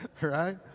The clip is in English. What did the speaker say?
Right